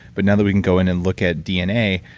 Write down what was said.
but now that we can go in and look at dna,